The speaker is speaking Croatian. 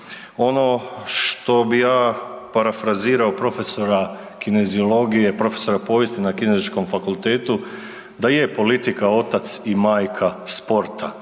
Ono što bi ja parafrazirao profesora kineziologije, profesora povijesti na Kineziološkom fakultetu da je politika otac i majka sporta